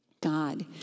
God